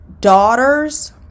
daughters